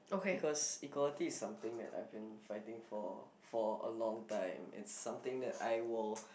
because equality is something that I've been fighting for for a long time it's something that I will